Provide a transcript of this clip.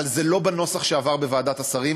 אבל זה לא בנוסח שעבר בוועדת השרים.